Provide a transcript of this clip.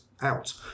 out